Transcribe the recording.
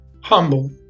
humble